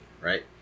right